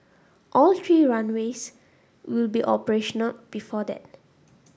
all three runways will be operational before that